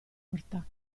porta